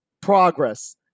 progress